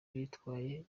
bitwaye